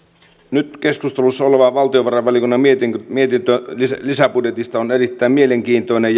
nyt keskustelussa oleva valtiovarainvaliokunnan mietintö mietintö lisäbudjetista on erittäin mielenkiintoinen